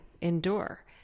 endure